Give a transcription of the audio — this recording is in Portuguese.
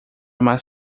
mais